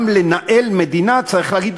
גם בניהול מדינה צריך להגיד,